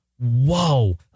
Whoa